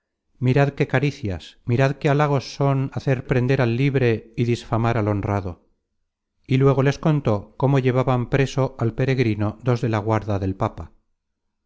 mirad qué caricias mird qué halagos son hacer prender al libre y disfamar al honrado y luego les contó cómo llevaban preso al peregrino dos de la guarda del papa